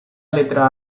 letra